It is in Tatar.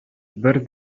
бер